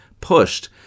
pushed